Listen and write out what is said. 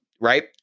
right